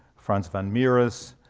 frans van mieris,